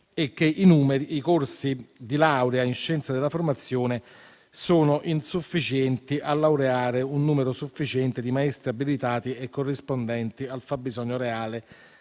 e che i corsi di laurea in scienze della formazione sono insufficienti a laureare un numero adeguato di maestri abilitati e corrispondenti al fabbisogno reale